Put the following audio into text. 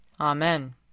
Amen